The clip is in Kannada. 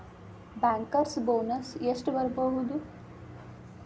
ಬ್ಯಾಂಕರ್ಸ್ ಬೊನಸ್ ಎಷ್ಟ್ ಬರ್ಬಹುದು?